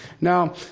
Now